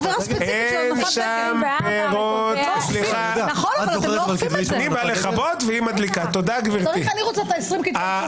את עושה את זה, מדינה שלמה נאבקת בעם